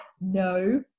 No